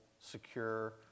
secure